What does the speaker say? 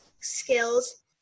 skills